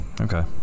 okay